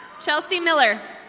chelsea miller.